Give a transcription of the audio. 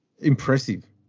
Impressive